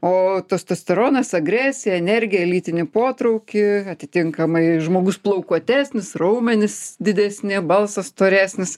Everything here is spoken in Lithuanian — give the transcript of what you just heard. o tostosteronas agresiją energiją lytinį potraukį atitinkamai žmogus plaukuotesnis raumenys didesni balsas storesnis